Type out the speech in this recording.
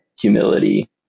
humility